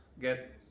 get